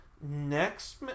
next